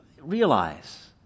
realize